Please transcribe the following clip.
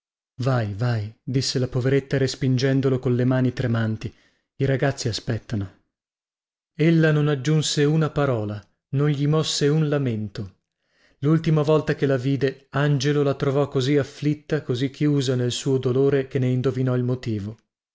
vai vai disse la poveretta respingendolo colle mani tremanti i ragazzi aspettano e fu tutto ella non aggiunse una parola non gli mosse un lamento lultima volta che la vide angelo la trovò così afflitta così chiusa nel suo dolore che ne indovinò il motivo